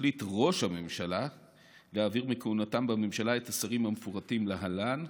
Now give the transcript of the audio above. החליט ראש הממשלה להעביר מכהונתם בממשלה את השרים המפורטים להלן: